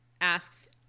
asks